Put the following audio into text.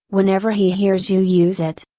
whenever he hears you use it.